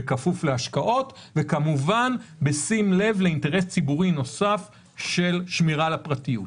בכפוף להשקעות וכמובן בשים לב לאינטרס ציבורי נוסף של שמירה על הפרטיות.